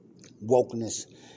wokeness